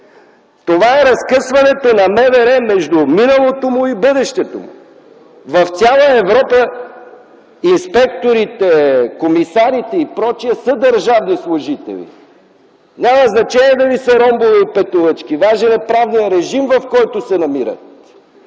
Това е разкъсването на МВР между миналото му и бъдещето му! В цяла Европа инспекторите, комисарите и пр. са държавни служители. Няма значение дали са ромбове или петолъчки – важен е правният режим, в който се намират.